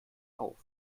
auf